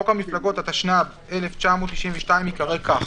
חוק המפלגות, התשנ"ב-1992, יקרא כך: